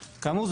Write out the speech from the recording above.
כאמור,